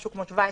משהו כמו 17%,